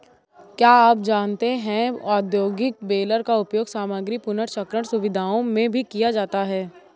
क्या आप जानते है औद्योगिक बेलर का उपयोग सामग्री पुनर्चक्रण सुविधाओं में भी किया जाता है?